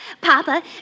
Papa